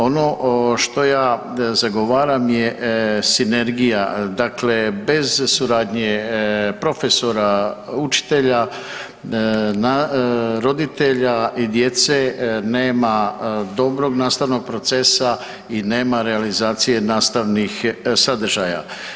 Ono što ja zagovaram je sinergija, dakle bez suradnje profesora, učitelja, roditelja i djece nema dobrog nastavnog procesa i nema realizacije nastavnih sadržaja.